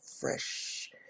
fresh